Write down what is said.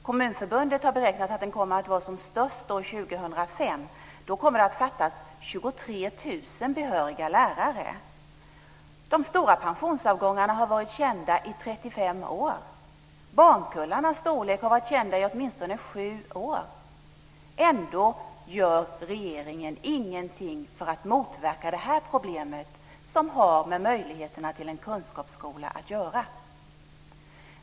Kommunförbundet har beräknat att den kommer att vara som störst år 2005. Då kommer det att fattas 23 000 behöriga lärare. De stora pensionsavgångarna har varit kända i 35 år. Barnkullarnas storlek har varit kända i åtminstone sju år. Ändå gör regeringen ingenting för att motverka det här problemet, som har med möjligheterna till en kunskapsskola att göra.